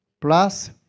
plus